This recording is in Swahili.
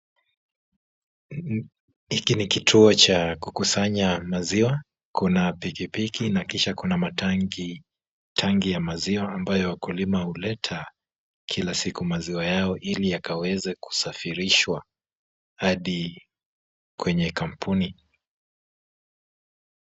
Hiki ni kituo cha kukusanya maziwa, kuna pikipiki na kisha kuna matanki , tanki la maziwa, ambayo wakulima huleta kila siku maziwa yao ili yakaweze kusafirishwa hadi kwenye kampuni.